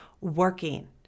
working